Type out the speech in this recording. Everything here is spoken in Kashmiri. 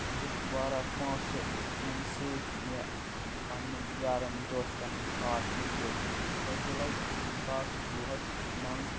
دِتِکھ واریاہ پونٛسہٕ ییٚمِہ سۭتۍ مےٚ پنٛنٮ۪ن یارَن دوستَن پارٹی دِژ ترےٚ جُلاے زٕ ساس وُہَس منٛز